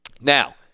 Now